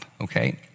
okay